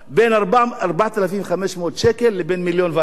בין 4,500 שקל לבין מיליון ורבע,